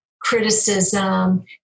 criticism